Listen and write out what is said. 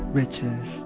riches